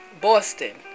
Boston